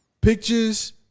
pictures